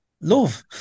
love